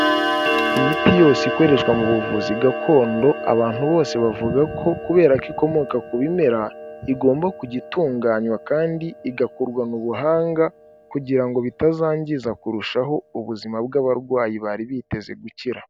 Imiti yose ikoreshwa mu buvuzi gakondo abantu bose bavuga ko kubera ko ikomoka ku bimera, igomba kujya itunganywa kandi igakorwa mu buhanga, kugira ngo bitazangiza kurushaho ubuzima bw'abarwayi bari biteze gukira.